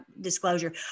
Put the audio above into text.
disclosure